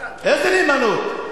איזה נאמנות?